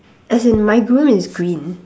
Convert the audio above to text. as in my groom is green